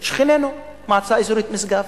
שכנינו, מועצה אזורית משגב.